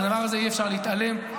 מהדבר הזה אי-אפשר להתעלם.